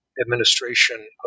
administration